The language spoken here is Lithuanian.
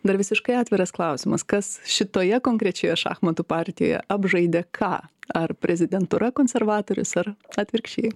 dar visiškai atviras klausimas kas šitoje konkrečioje šachmatų partijoje apžaidė ką ar prezidentūra konservatorius ar atvirkščiai